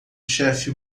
chefe